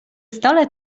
stole